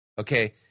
okay